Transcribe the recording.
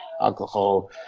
alcohol